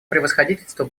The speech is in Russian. превосходительство